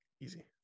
Easy